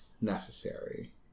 necessary